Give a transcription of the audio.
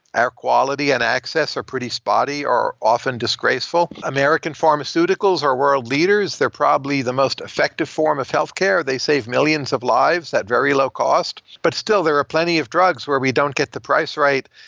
our quality and access are pretty spotty or often disgraceful. american pharmaceuticals are world leaders. they're probably the most effective form of healthcare. they save millions of lives at very low cost. but still, there are ah plenty of drugs were we don't get the price right.